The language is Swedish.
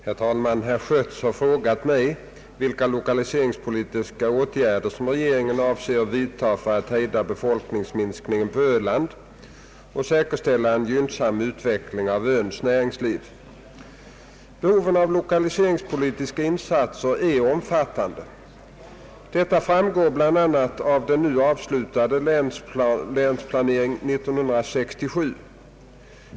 Herr talman! Herr Schött har frågat mig vilka lokaliseringspolitiska åtgärder som regeringen avser att vidta för att hejda befolkningsminskningen på öland och säkerställa en gynnsam utveckling av öns näringsliv. Behoven av lokaliseringspolitiska insatser är omfattande. Detta framgår bl.a. av den nu avslutade »Länsplanering 1967».